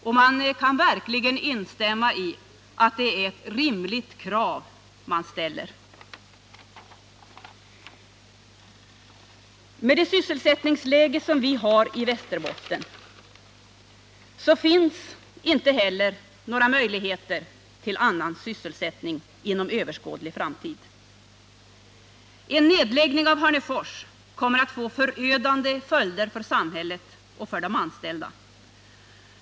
Och man kan verkligen hävda att detta är ett rimligt krav. Med det sysselsättningsläge som vi har i Västerbotten finns det inte några möjligheter till annan sysselsättning inom överskådlig framtid. En nedläggning av Hörnefors kommer att få förödande följder för samhället och de anställda.